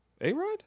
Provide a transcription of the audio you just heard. A-Rod